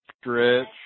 stretch